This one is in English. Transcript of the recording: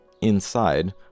Inside